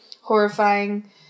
horrifying